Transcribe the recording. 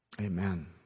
Amen